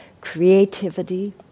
creativity